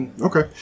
Okay